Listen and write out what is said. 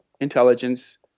intelligence